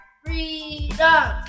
freedom